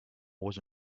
was